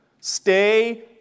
Stay